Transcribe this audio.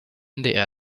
ndr